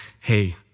hey